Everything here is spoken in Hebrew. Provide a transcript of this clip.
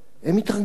הם יתרגזו.